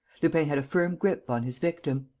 lupin had a firm grip on his victim.